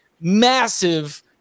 massive